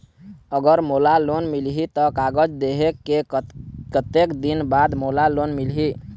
अगर मोला लोन मिलही त कागज देहे के कतेक दिन बाद मोला लोन मिलही?